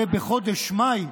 ובחודש מאי,